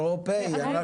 בתקן האירופאי.